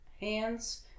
hands